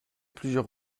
plusieurs